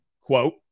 Quote